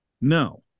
No